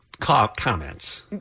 comments